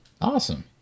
Awesome